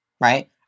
right